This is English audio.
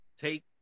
take